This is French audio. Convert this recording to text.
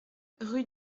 rue